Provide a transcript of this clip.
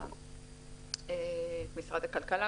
משרד הכלכלה.